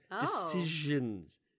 Decisions